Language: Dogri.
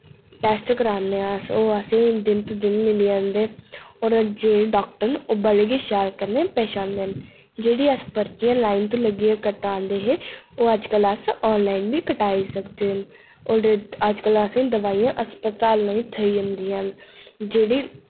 टैस्ट कराने अस ओह् असें दिन तू दिन मिली जन्दे और जेह्ड़े डाक्टर न ओ बड़े गै शैल कन्नै पेश आंदे न जेह्ड़ी अस पर्चियां लाइन तो लग्गियै कटांदे हे ओ अजकल अस आनलाइन बी कटाई सकदे न और अज्जकल असें दवाइयां हस्पताल ही थ्होई जन्दियां न जेह्ड़ी